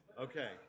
Okay